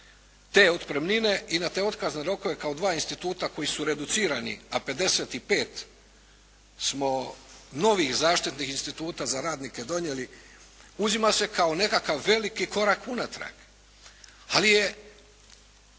te otpremnine i na te otkazne rokove kao 2 instituta koji su reducirani, a 55 smo novih zaštitnih instituta za radnike donijeli uzima se kao nekakav veliki korak unatrag, ali je